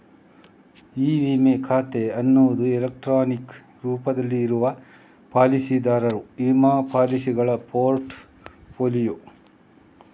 E ವಿಮಾ ಖಾತೆ ಅನ್ನುದು ಎಲೆಕ್ಟ್ರಾನಿಕ್ ರೂಪದಲ್ಲಿ ಇರುವ ಪಾಲಿಸಿದಾರರ ವಿಮಾ ಪಾಲಿಸಿಗಳ ಪೋರ್ಟ್ ಫೋಲಿಯೊ